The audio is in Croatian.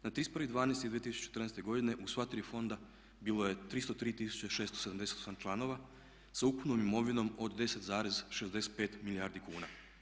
Na 31.12.2014.godine u sva tri fonda bilo je 303 678 članova sa ukupnom imovinom od 10,65 milijardi kuna.